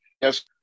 yes